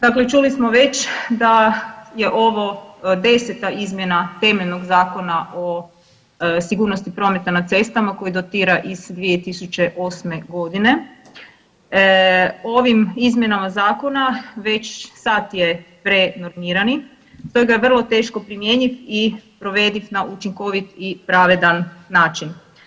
Dakle čuli smo već da je ovo 10. izmjena temeljnog Zakona o sigurnosti prometa na cestama koji datira iz 2008. g. Ovim izmjenama Zakona već sad je prenormirani, stoga je vrlo teško primjenjiv i provediv na učinkovit i pravedan način.